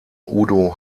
udo